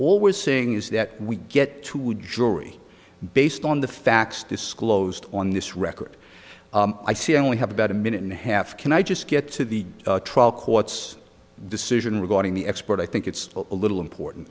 always saying is that we get to jury based on the facts disclosed on this record i see i only have about a minute and a half can i just get to the trial court's decision regarding the expert i think it's a little important